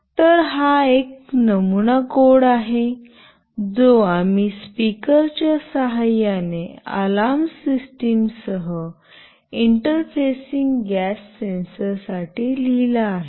तर हा एक नमुना कोड आहे जो आम्ही स्पीकरच्या सहाय्याने अलार्म सिस्टमसह इंटरफेसिंग गॅस सेन्सरसाठी लिहिला आहे